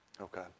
Okay